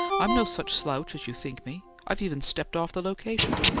i'm no such slouch as you think me. i've even stepped off the location!